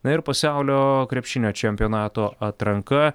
na ir pasaulio krepšinio čempionato atranka